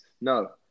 No